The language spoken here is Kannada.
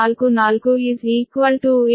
744 7